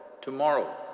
tomorrow